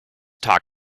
talk